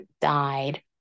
died